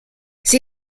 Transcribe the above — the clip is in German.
sie